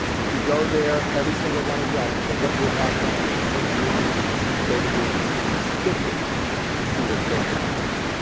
if you go there, every single one of you i don't care what your background or point of view on this debate would be would be sickened to see what's going on in there.